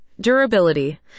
Durability